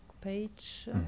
page